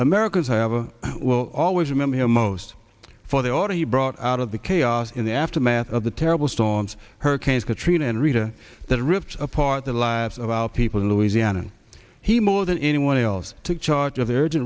america's i have a will always remember him most for the order he brought out of the chaos in the aftermath of the terrible storms hurricanes katrina and rita that ripped apart the lives of our people in louisiana he more than anyone else took charge of the